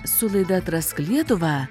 su laida atrask lietuvą